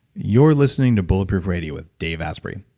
you're listening to bulletproof radio with dave asprey.